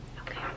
Okay